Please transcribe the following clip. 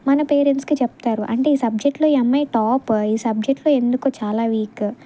మన పేరెంట్స్కి చెప్తారు అంటే ఈ సబ్జెక్ట్లో ఈ అమ్మాయి టాప్ ఈ సబ్జెక్ట్లో ఎందుకో చాలా వీక్